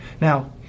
now